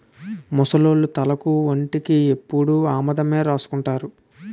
ముసలోళ్లు తలకు ఒంటికి ఎప్పుడు ఆముదమే రాసుకుంటారు